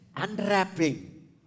unwrapping